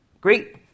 Great